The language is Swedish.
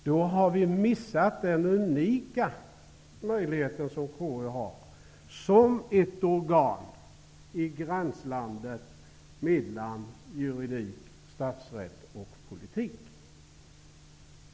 Då har vi missat den unika möjlighet som KU har som ett organ i gränslandet mellan juridik, statsrätt och politik.